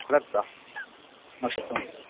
கலர்ஸா okay sir